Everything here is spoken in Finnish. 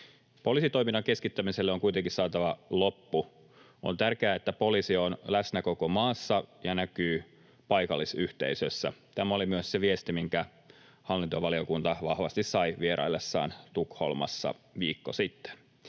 Poliisitoiminnan keskittämiselle on kuitenkin saatava loppu. On tärkeää, että poliisi on läsnä koko maassa ja näkyy paikallisyhteisössä. Tämä oli myös se viesti, minkä hallintovaliokunta vahvasti sai vieraillessaan Tukholmassa viikko sitten.